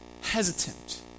hesitant